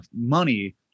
money